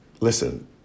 listen